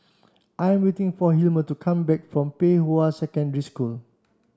I'm waiting for Hilmer to come back from Pei Hwa Secondary School